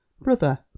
Brother